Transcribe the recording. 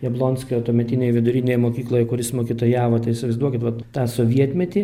jablonskio tuometinėj vidurinėje mokykloje kuris mokytojavo tai įsivaizduokit vat tą sovietmetį